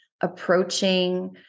approaching